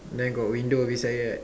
then got window beside it right